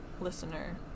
listener